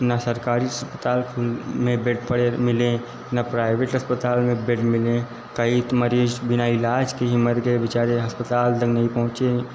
न सरकारी पताल खुल में बेड पड़े मिले न प्राइवेट अस्पताल में बेड मिले कई तो मरीज बिना इलाज के ही मर गए बिचारे अस्पताल तक नहीं पहुंचे